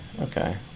Okay